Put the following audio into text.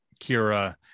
Kira